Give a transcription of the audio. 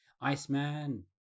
Iceman